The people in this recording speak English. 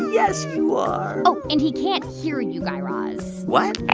yes, you are oh, and he can't hear and you, guy raz what?